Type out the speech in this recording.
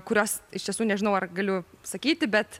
kurios iš tiesų nežinau ar galiu sakyti bet